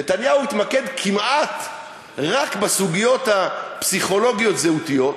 נתניהו התמקד כמעט רק בסוגיות הפסיכולוגיות-זהותיות,